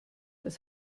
das